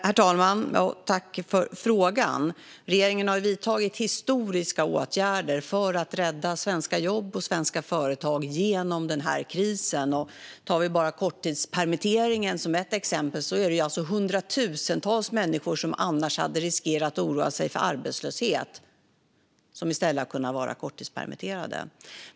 Herr talman! Jag tackar för frågan. Regeringen har vidtagit historiska åtgärder för att rädda svenska jobb och företag genom krisen. Låt mig ta korttidspermittering som ett exempel. Hundratusentals människor skulle annars riskerat att behöva oroa sig för arbetslöshet. I stället har de blivit korttidspermitterade.